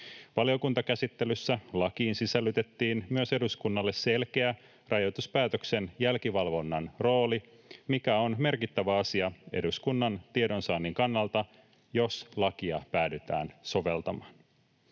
Valiokuntakäsittelyssä lakiin sisällytettiin myös eduskunnalle selkeä rajoituspäätöksen jälkivalvonnan rooli, mikä on merkittävä asia eduskunnan tiedonsaannin kannalta, jos lakia päädytään soveltamaan.